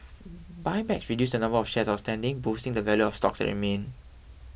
buybacks reduce the number of shares outstanding boosting the value of stock that remain